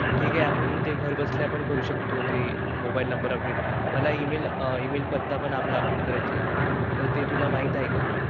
ठीक आहे आपण ते घरबसल्या पण करू शकतो ते मोबाईल नंबर अपडेट मला ईमेल ईमेल पत्ता पण आपला अपडेट करायची आहे तर ते तुला माहीत आहे का